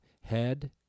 Head